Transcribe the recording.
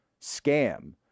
scam